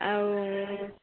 ଆଉ